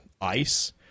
ice